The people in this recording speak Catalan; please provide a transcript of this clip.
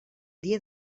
dia